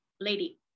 Lady